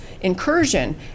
incursion